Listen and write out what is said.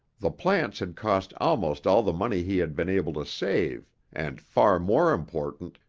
the plants had cost almost all the money he had been able to save and, far more important,